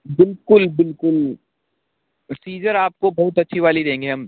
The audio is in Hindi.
बिल्कुल बिल्कुल सिज़र आपको बहुत अच्छी वाली देंगे हम